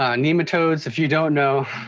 ah nematodes, if you don't know,